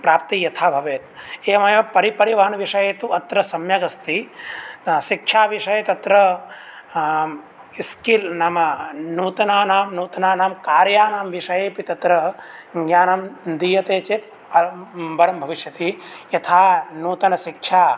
प्राप्तिः यथा भवेत् एवमेव परि परिवहनविषये तु अत्र सम्यक् अस्ति शिक्षाविषये तत्र स्किल् नाम नूतनानां नूतनानां कार्याणां विषये अपि तत्र ज्ञानं दीयते चेत् वरं भविष्यति यथा नूतनशिक्षा